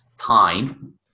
time